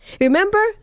Remember